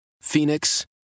Phoenix